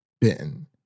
bitten